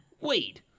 Wait